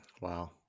Wow